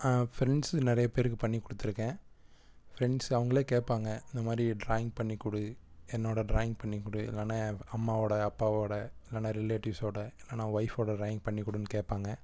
friends நிறைய பேருக்கு பண்ணிக் கொடுத்துருக்கேன் ஃப்ரெண்ட்ஸு அவங்களே கேட்பாங்க இந்தமாதிரி ட்ராயிங் பண்ணிக் கொடு என்னோடய ட்ராயிங் பண்ணிக் கொடு இல்லைனா என் வ் அம்மாவோடய அப்பாவோடய இல்லைனா ரிலேட்டிவ்ஸோடய இல்லைனா ஒய்ஃபோடய ட்ராயிங் பண்ணி கொடுன்னு கேட்பாங்க